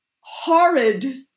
horrid